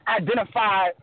Identify